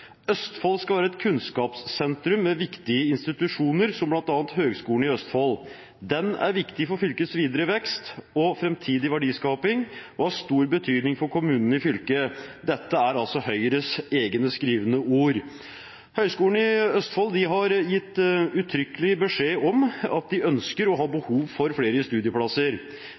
Østfold Høyres hjemmesider kan vi lese følgende: «Østfold skal være et kunnskapssentrum med viktige institusjoner som blant annet Høgskolen i Østfold. Den er viktig for fylkets videre vekst og fremtidige verdiskaping og har stor betydning for kommunene i fylket Dette er altså Høyres egne skrevne ord. Høgskolen i Østfold har gitt uttrykkelig beskjed om at de ønsker og har behov for flere studieplasser.